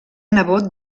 nebot